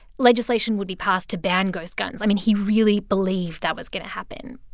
legislation would be passed to ban ghost guns. i mean, he really believed that was going to happen.